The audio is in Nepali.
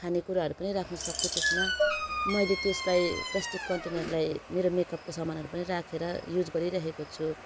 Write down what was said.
खानेकुराहरू पनि राख्नसक्छु त्यसमा मैले त्यसलाई प्लास्टिक कन्टेनरलाई मेरो मेकअपको सामानहरू पनि राखेर युज गरिराखेको छु